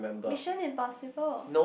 Mission Impossible